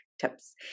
tips